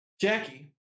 Jackie